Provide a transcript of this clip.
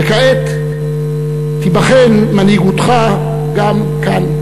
וכעת תיבחן מנהיגותך גם כאן,